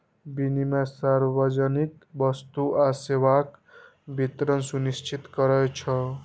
विनियम सार्वजनिक वस्तु आ सेवाक वितरण सुनिश्चित करै छै